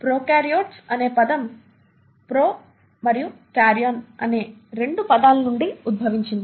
prokaryotes అనే పదం pro మరియు కార్యోన్ అనే రెండు పదాల నుండి ఉద్భవించింది